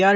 R